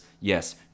yes